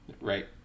Right